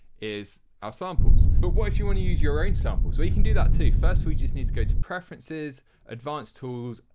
are samples. but what if you want to use your own samples? well, you can do that too. first we just need to go to preferences advanced tools,